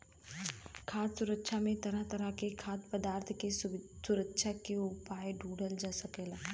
खाद्य सुरक्षा में तरह तरह के खाद्य पदार्थ के सुरक्षा के उपाय ढूढ़ल जाला